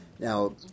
Now